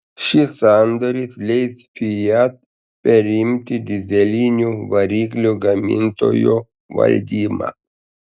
šis sandoris leis fiat perimti dyzelinių variklių gamintojo valdymą